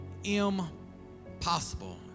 impossible